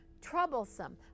troublesome